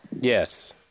Yes